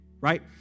right